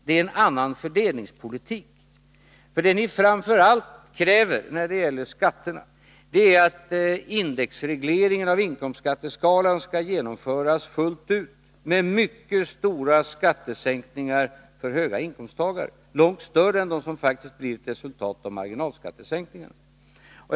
Det är en annan fördelningspolitik, för det som ni framför allt kräver när det gäller skatterna är att indexregleringen av inkomstskatteskalan skall genomföras fullt ut med mycket stora skattesänkningar för höginkomsttagare, långt större än dem som faktiskt blir ett resultat av marginalskattesänkningarna.